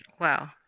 Wow